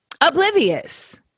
Oblivious